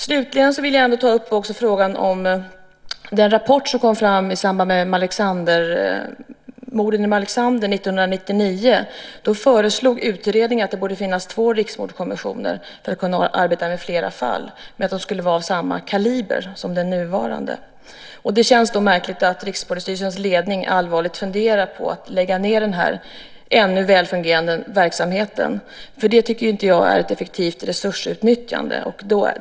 Slutligen vill jag också ta upp den rapport som kom i samband med morden i Malexander 1999. Där föreslog utredningen att det skulle finnas två riksmordkommissioner för att man skulle kunna arbeta med flera fall. De skulle vara av samma kaliber som den nuvarande. Då känns det märkligt att Rikspolisstyrelsens ledning allvarligt funderar på att lägga ned denna ännu väl fungerande verksamhet. Jag tycker inte att det är ett effektivt resursutnyttjande.